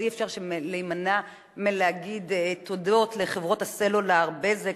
אי-אפשר להימנע מלהגיד תודות לחברות הסלולר ול"בזק",